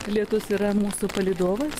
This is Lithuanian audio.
lietus yra mūsų palydovas